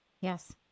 yes